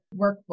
workbook